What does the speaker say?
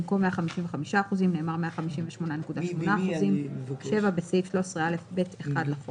במקום "155%" נאמר "158.8%"; בסעיף 13א(ב1) לחוק,